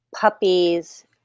puppies